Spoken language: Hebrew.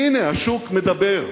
הנה, השוק מדבר.